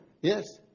Yes